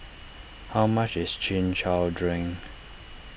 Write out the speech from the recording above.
how much is Chin Chow Drink